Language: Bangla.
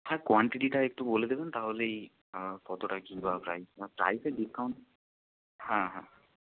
হ্যাঁ কোয়ান্টিটিটা একটু বলে দেবেন তাহলেই কতোটা কি বা প্রাইস হ্যাঁ প্রাইসে ডিসকাউন্ট হ্যাঁ হ্যাঁ